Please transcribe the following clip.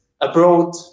abroad